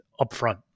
upfront